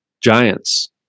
giants